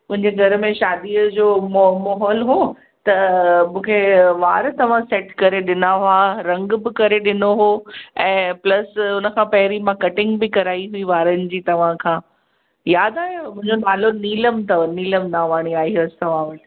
मुंहिंजे घर में शादीअ जो मो माहौल हो त मूंखे वार तव्हां सैट करे ॾिना हुआ रंग बि करे ॾिनो हो ऐं प्लस उन खां पहिरीं मां कटिंग बि कराई हुई वारनि जी तव्हां खां यादि आयुव मुंहिंजो नालो नीलम अथव नीलम नावाणी आई हुअसि तव्हां वटि